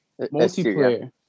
Multiplayer